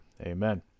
Amen